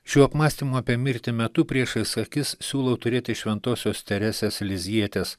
šių apmąstymų apie mirtį metu priešais akis siūlau turėti šventosios teresės lizjietės